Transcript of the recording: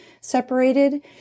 separated